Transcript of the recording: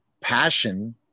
passion